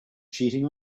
cheating